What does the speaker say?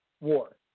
war